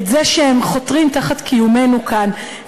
את זה שהם חותרים תחת קיומנו כאן,